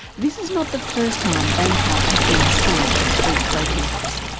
this is not the first time bangkok has been the site of street protests.